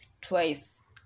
twice